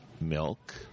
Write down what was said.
milk